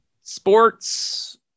Sports